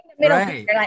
Right